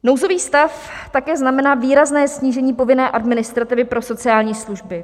Nouzový stav také znamená výrazné snížení povinné administrativy pro sociální služby.